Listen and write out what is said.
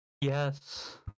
Yes